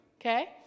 Okay